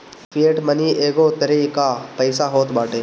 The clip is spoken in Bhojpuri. फ़िएट मनी एगो तरही कअ पईसा होत बाटे